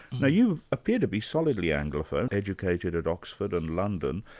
now you appear to be solidly anglophone, educated at oxford and london,